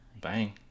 bang